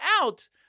out